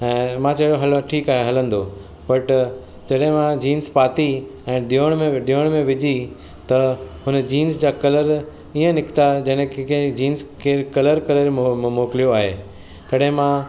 ऐं मां चयो हलो ठीकु आहे हलंदो बट जॾहिं मां जीन्स पाती ऐं धुअण ऐं धुअण में विझी त उन जीन्स जा कलर ईअं निकिता जॾहिं कहिड़ी जीन्स खे कलर करे मोकिलियो आहे तॾहिं मां